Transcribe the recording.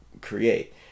create